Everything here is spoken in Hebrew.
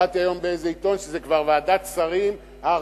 קראתי היום באיזה עיתון שזו כבר ועדת השרים ה-42,